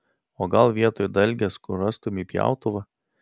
o gal vietoj dalgės kur rastumei pjautuvą